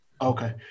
Okay